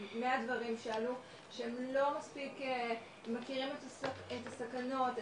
מהדברים שעלו שהם לא מספיק מכירים את הסכנות,